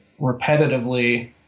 repetitively